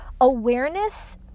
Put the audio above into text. awareness